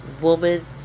woman